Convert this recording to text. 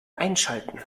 einschalten